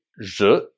Je